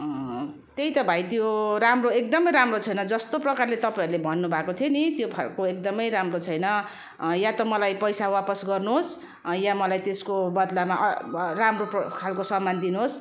त्यही त भाइ त्यो राम्रो एकदम राम्रो छैन जस्तो प्रकारले तपाईँहरूले भन्नु भएको थियो नि त्यो खाले एकदम राम्रो छैन वा त मलाई पैसा वापस गर्नु होस् वा मलाई त्यसको बद्लामा अ राम्रो प्र राम्रो खाले सामान दिनु होस्